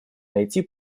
найти